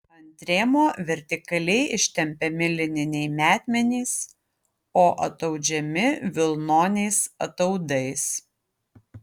ant rėmo vertikaliai ištempiami lininiai metmenys o ataudžiami vilnoniais ataudais